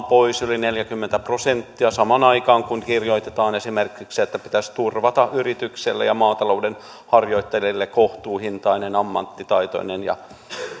pois yli neljäkymmentä prosenttia samaan aikaan kun kirjoitetaan esimerkiksi että pitäisi turvata yrityksille ja maatalouden harjoittajille kohtuuhintainen ammattitaitoinen ja